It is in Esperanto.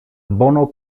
bono